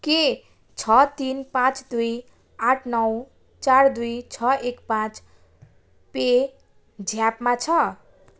के छ तिन पाँच दुई आठ नौ चार दुई छ एक पाँच पे ज्यापमा छ